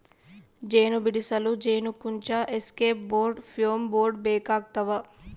ಜೇನು ಬಿಡಿಸಲು ಜೇನುಕುಂಚ ಎಸ್ಕೇಪ್ ಬೋರ್ಡ್ ಫ್ಯೂಮ್ ಬೋರ್ಡ್ ಬೇಕಾಗ್ತವ